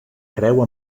creu